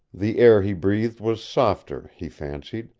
the air he breathed was softer, he fancied,